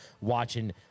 watching